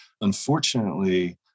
unfortunately